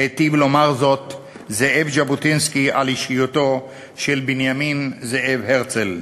היטיב לומר זאב ז'בוטינסקי על אישיותו של בנימין זאב הרצל: